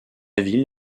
ville